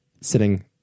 sitting